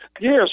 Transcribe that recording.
Yes